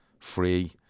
free